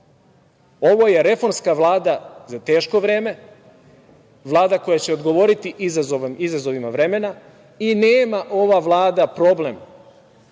Ovo je reformska Vlada za teško vreme. Vlada koja će odgovoriti izazovima vremena i nema ova Vlada problem